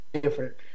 different